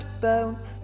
bone